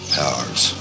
powers